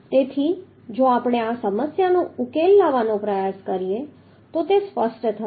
તેથી જો આપણે આ સમસ્યાનો ઉકેલ લાવવાનો પ્રયાસ કરીએ તો તે સ્પષ્ટ થશે